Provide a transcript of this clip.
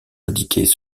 indiquées